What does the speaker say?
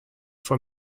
for